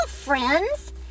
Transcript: Friends